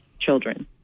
children